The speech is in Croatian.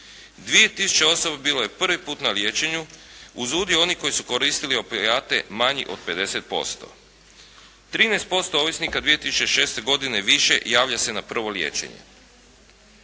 2000 osoba bilo je prvi put na liječenju uz udio onih koji su koristili opijate manji od 50%. 13% ovisnika 2006. godine više javlja se na prvo liječenje.